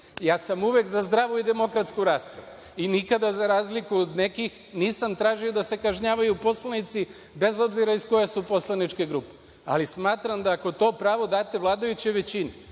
Ja sam uvek za zdravu i demokratsku raspravu i nikada, za razliku od nekih, nisam tražio da se kažnjavaju poslanici, bez obzira iz koje su poslaničke grupe. Smatram da ako to pravo date vladajućoj većini,